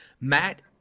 Matt